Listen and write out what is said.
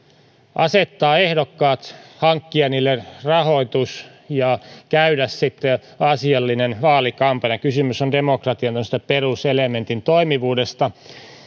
asettaa ehdokkaat hankkia heille rahoitus ja käydä sitten asiallinen vaalikampanja kysymys on tämmöisen demokratian peruselementin toimivuudesta